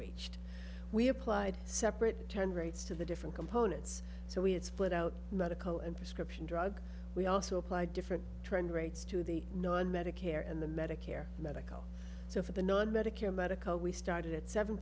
reached we applied separate term rates to the different components so we had split out medical and prescription drug we also applied different trend rates to the non medicare and the medicare medical so for the non medicare medical we started at seven